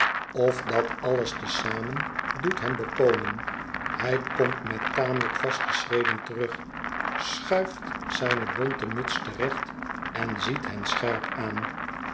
of dat alles te zamen doet hem bekomen hij komt met tamelijk vaste schreden terug schuift zijne bonten muts te recht en ziet hen scherp aan